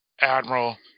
Admiral